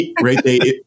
right